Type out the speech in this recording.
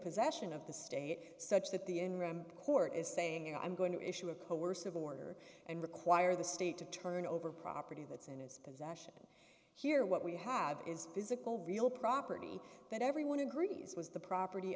possession of the state such that the interim court is saying i'm going to issue a coercive order and require the state to turn over property that's in its possession here what we have is physical real property that everyone agrees was the property